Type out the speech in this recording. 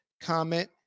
comment